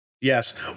Yes